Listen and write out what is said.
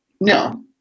no